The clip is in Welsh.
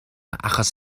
achos